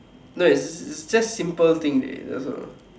no it's just simple thing dey that's all